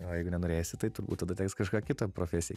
o jeigu nenorėsi tai turbūt tada teks kažką kito profesijai